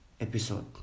episode